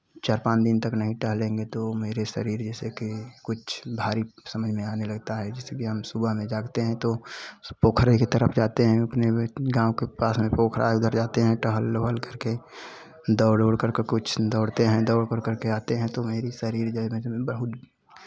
चार पाँच दिन तक नहीं टहलेंगे तो मेरे शरीर जैसे कि कुछ भारी समझ में आने लगता है जैसे कि हम सुबह में जागते हैं तो पोखरे की तरफ जाते है उतने में गाँव के पास में पोखरा है उधर जाते हैं टहल वहल करके दौड़ उड़ करके कुछ दौड़ते हैं दौड़ करके आते हैं तो मेरी शरीर बहुत